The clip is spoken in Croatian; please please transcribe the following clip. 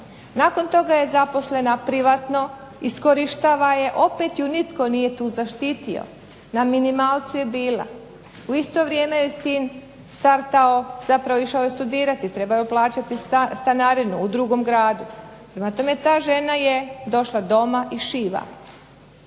Nakon toga je zaposlena privatno, iskorištava je, opet je nitko nije tu zaštitio. Na minimalcu je bila. U isto vrijeme joj sin startao, zapravo išao je studirati, trebalo je plaćati stanarinu u drugom gradu. Prema tome ta žena je došla doma i šiva.